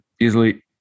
easily